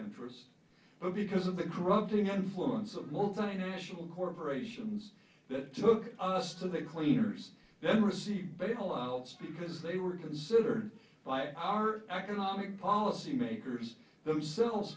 interest but because of the corrupting influence of multinational corporations that took us to the cleaners and received bailout speak because they were considered by our economic policy makers themselves